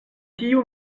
tiu